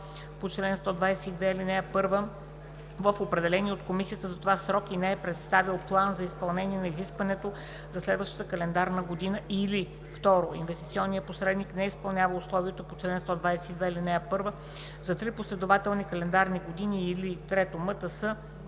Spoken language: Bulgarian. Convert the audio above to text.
по чл. 122, ал. 1 в определения от комисията за това срок и не е представил план за изпълнение на изискването за следващата календарна година; или 2. инвестиционният посредник не изпълнява условието по чл. 122, ал. 1 за три последователни календарни години; или 3. МСТ е